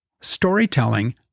Storytelling